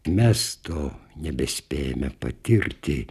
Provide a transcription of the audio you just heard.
mes to nebespėjame patirti